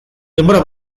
denbora